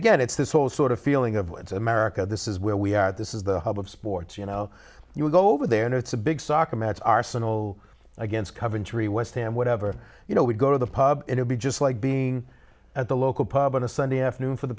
again it's this whole sort of feeling of woods america this is where we are this is the hub of sports you know you would go over there and it's a big soccer match arsenal against coventry west ham whatever you know we go to the pub it would be just like being at the local pub on a sunday afternoon for the